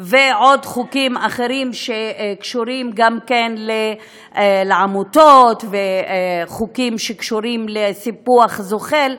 ועוד חוקים אחרים שקשורים גם כן לעמותות וחוקים שקשורים לסיפוח זוחל,